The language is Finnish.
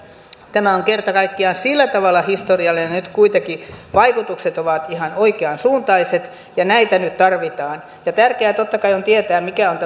tämä on kerta kaikkiaan sillä tavalla historiallinen että nyt kuitenkin vaikutukset ovat ihan oikean suuntaiset ja näitä nyt tarvitaan ja tärkeää totta kai on tietää mitkä ovat